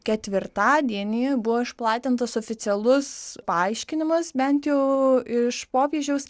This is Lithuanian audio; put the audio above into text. ketvirtadienį buvo išplatintas oficialus paaiškinimas bent jau iš popiežiaus